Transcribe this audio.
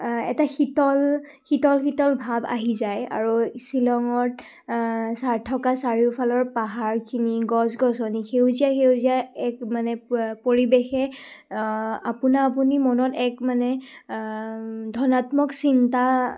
এটা শীতল শীতল শীতল ভাৱ আহি যায় আৰু শ্বিলঙত থকা চাৰিওফালৰ পাহাৰখিনি গছ গছনি সেউজীয়া সেউজীয়া এক মানে পৰিৱেশে আপোনা আপুনি মনত এক মানে ধনাত্মক চিন্তা